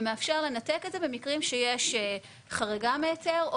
ומאפשר לנתק את זה במקרים שיש חריגה מהיתר,